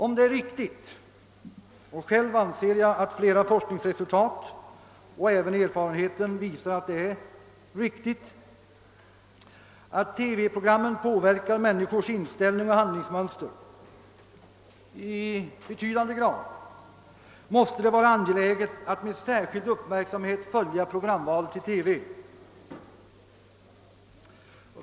Om det är riktigt — enligt min mening visar flera forskningsresultat liksom erfarenheten att det är riktigt — att TV-programmen påverkar människors inställning och handlingsmönster i betydande grad, måste det vara angeläget att med särskild uppmärksamhet följa programvalet i TV.